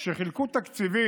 שהם חילקו תקציבים